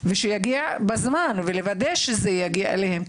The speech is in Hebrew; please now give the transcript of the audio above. שיגיעו בזמן ולוודא שזה מגיע אליהם,